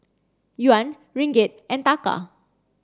Yuan Ringgit and Taka